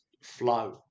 flow